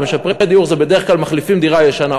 הרי משפרי דיור בדרך כלל מחליפים דירה ישנה,